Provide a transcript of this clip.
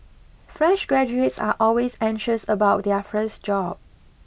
fresh graduates are always anxious about their first job